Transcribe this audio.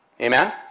Amen